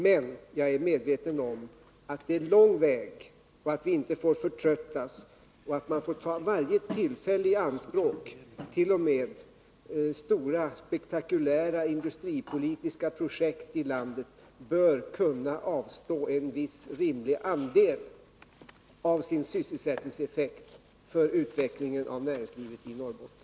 Men jag är medveten om att det är en lång väg och att vi inte får förtröttas. Man måste ta varje tillfälle i akt. T. o. m. stora, spektakulära industripolitiska projekt i landet bör kunna avstå från en viss rimlig andel av sin sysselsättningseffekt för utvecklingen av näringslivet i Norrbotten.